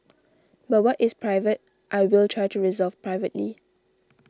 but what is private I will try to resolve privately